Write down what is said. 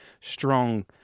strong